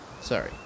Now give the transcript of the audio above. Sorry